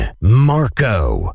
Marco